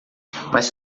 mas